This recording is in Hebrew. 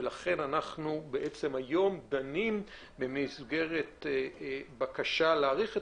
ולכן אנחנו בעצם דנים היום במסגרת בקשה להאריך את